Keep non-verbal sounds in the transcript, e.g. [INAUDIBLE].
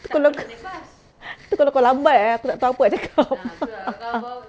tapi kalau [LAUGHS] tapi kalau kau lambat eh aku tak tahu apa nak cakap [LAUGHS]